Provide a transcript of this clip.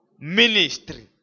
ministry